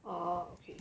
oh okay